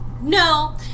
No